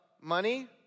money